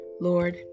Lord